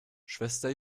schwester